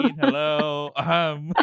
hello